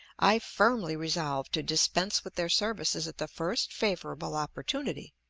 i firmly resolve to dispense with their services at the first favorable opportunity.